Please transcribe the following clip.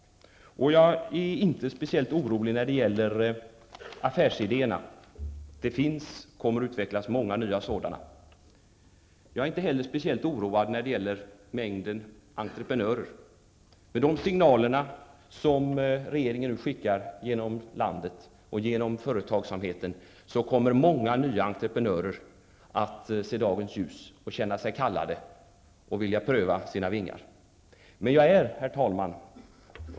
Jag är inte speciellt orolig när det gäller affärsidéerna, för det kommer att utvecklas många nya sådana. Inte heller är jag speciellt oroad när det gäller mängden entreprenörer. I och med de signaler som regeringen nu ger till landets småföretagsamhet kommer många nya entreprenörer att se dagens ljus, känna sig kallade och att vilja pröva sina vingar. Herr talman!